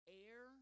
air